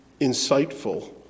insightful